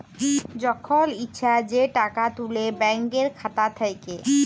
যখল ইছা যে টাকা তুলে ব্যাংকের খাতা থ্যাইকে